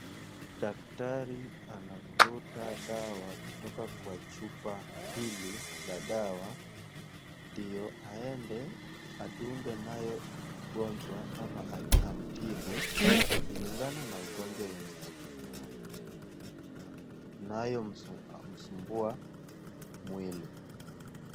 Daktari anavuruta dawa kutoka kwa chupa hili la dawa, ndio aende adunge nayo mgonjwa ama amtibu kulingana na ugonjwa yenye ako nayo inayomsumbua mwili.